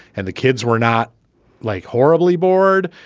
and the kids were not like horribly bored.